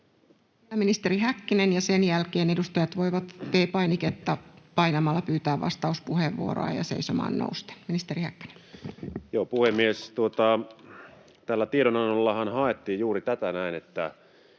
ministeri Häkkänen, ja sen jälkeen edustajat voivat V-painiketta painamalla ja seisomaan nousten pyytää vastauspuheenvuoroa. — Ministeri Häkkänen. Puhemies! Tällä tiedonannollahan haettiin juuri tätä näin, että